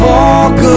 walk